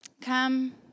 come